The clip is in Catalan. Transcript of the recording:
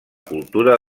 cultura